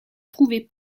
trouvée